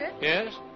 Yes